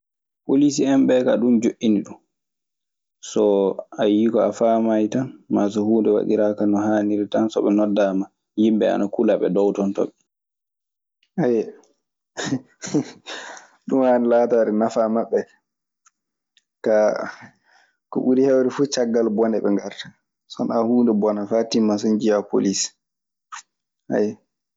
Poliisi en ɓee kaa ɗun joƴƴini ɗun. So a yii ko a faamaayi tan maa so huunde waɗiraaka no haaniri tan, so ɓe noddaama yimɓe ɓee ana kula ɓe, ɗoowtntoɓe. Ɗun haani laataade nafaa maɓɓe ka. Kaa, ko ɓuri heewde fu caggal bone ɓe ngarta. So wanaa huunde bona faa timma so njiyaa poliis, aƴƴo.